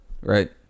Right